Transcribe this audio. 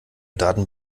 daten